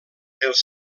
els